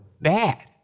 bad